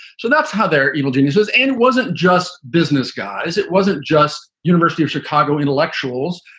so that's how their evil genius was. and wasn't just business guys. it wasn't just university of chicago intellectuals.